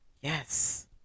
yes